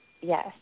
Yes